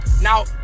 Now